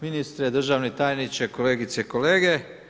Ministre, državni tajniče, kolegice i kolege.